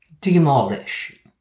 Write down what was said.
Demolish